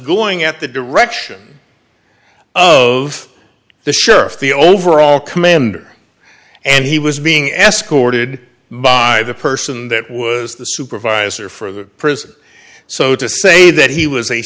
going at the direction oh of the sheriff the overall commander and he was being escorted by the person that was the supervisor for the prison so to say that he was a